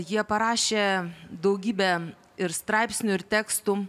jie parašė daugybę ir straipsnių ir tekstų